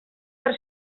per